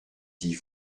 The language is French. dix